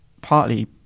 partly